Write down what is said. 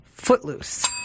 Footloose